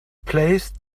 placed